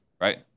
right